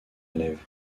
élève